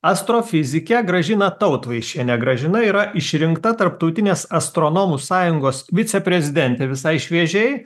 astrofizikę gražiną tautvaišienę gražina yra išrinkta tarptautinės astronomų sąjungos viceprezidentė visai šviežiai